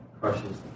crushes